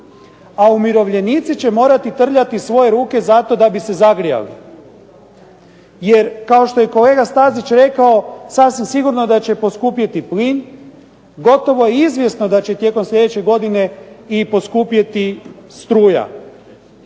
a umirovljenici će morati trljati svoje ruke zato da bi se zagrijali, jer kao što je kolega Stazić rekao sasvim sigurno da će poskupiti plin, gotovo je izvjesno da će tijekom sljedeće godine i poskupjeti struja.